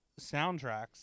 soundtracks